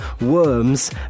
Worms